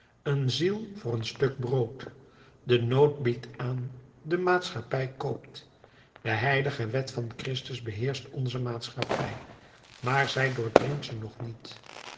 een ziel voor een stuk brood de nood biedt aan de maatschappij koopt de heilige wet van christus beheerscht onze beschaving maar zij doordringt ze nog niet